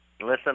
Listen